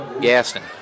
Gaston